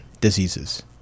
diseases